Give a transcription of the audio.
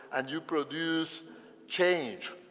and you produce change.